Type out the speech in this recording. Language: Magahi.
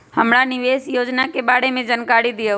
हमरा निवेस योजना के बारे में जानकारी दीउ?